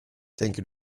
tänker